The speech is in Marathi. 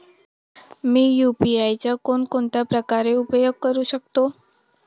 मी यु.पी.आय चा कोणकोणत्या प्रकारे उपयोग करू शकतो?